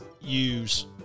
use